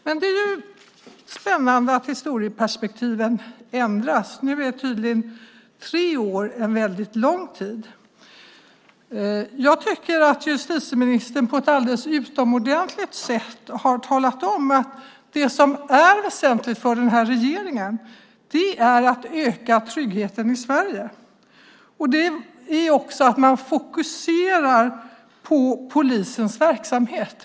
Det är spännande att historieperspektiven ändras. Nu är tre år tydligen en väldigt lång tid. Jag tycker att justitieministern på ett alldeles utomordentligt sätt har talat om att det väsentliga för den här regeringen är att öka tryggheten i Sverige. I det ligger också att man fokuserar på polisens verksamhet.